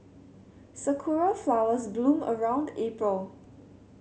sakura flowers bloom around April